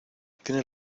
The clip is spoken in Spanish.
tiene